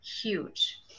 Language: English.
huge